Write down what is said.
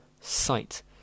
site